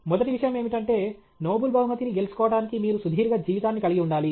మొదటి విషయం ఏమిటంటే నోబెల్ బహుమతిని గెలుచుకోవటానికి మీరు సుదీర్ఘ జీవితాన్ని కలిగి ఉండాలి